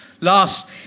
Last